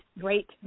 great